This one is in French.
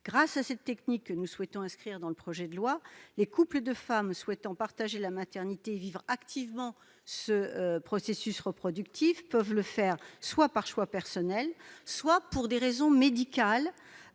Grâce à cette technique, que nous souhaitons inscrire dans ce projet de loi, les couples de femmes souhaitant partager la maternité et vivre activement ce processus reproductif peuvent le faire. Cela peut être motivé par un choix personnel, mais aussi par des raisons médicales,